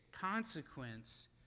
consequence